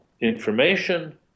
information